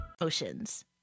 Oceans